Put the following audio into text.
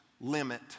limit